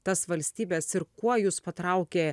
tas valstybes ir kuo jus patraukė